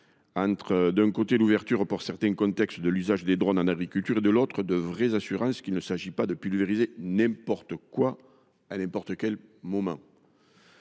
entre, d’un côté, l’ouverture, dans certains contextes, de l’usage des drones en agriculture et, de l’autre, de vraies assurances que l’on ne peut pulvériser n’importe quoi à n’importe quel moment.